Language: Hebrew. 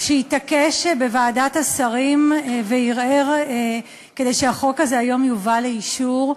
שהתעקש בוועדת השרים וערער כדי שהחוק הזה היום יובא לאישור.